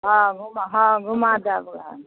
हँ घुमा हँ घुमा देब हम